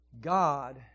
God